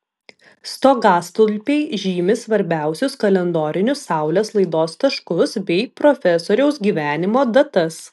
stogastulpiai žymi svarbiausius kalendorinius saulės laidos taškus bei profesoriaus gyvenimo datas